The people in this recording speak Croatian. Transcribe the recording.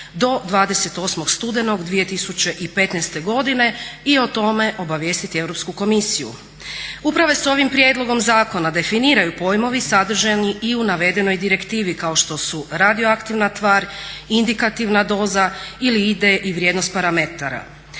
do 28.studenog 2015.godine i o tome obavijestiti Europsku komisiju. Upravo je s ovim prijedlogom zakona definiraju pojmovi sadržani i u navedenoj direktivi kao što su radioaktivna tvar, indikativna doza ili ide i vrijednost parametara.